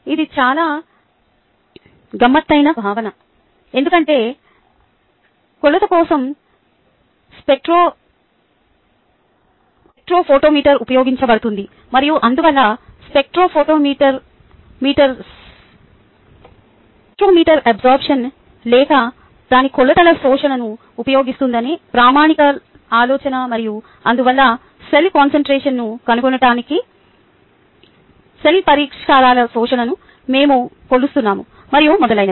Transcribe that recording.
ఇది చాలా గమ్మత్తైన భావన ఎందుకంటే కొలత కోసం స్పెక్ట్రోఫోటోమీటర్ ఉపయోగించబడుతుంది మరియు అందువల్ల స్పెక్ట్రోఫోటోమీటర్ శోషణ లేదా కొలత శోషణను ఉపయోగిస్తుందని ప్రామాణిక ఆలోచన మరియు అందువల్ల సెల్ కాన్సంట్రేషన్ను కనుగొనటానికి సెల్ పరిష్కారాల శోషణను మేము కొలుస్తున్నాము మరియు మొదలైనవి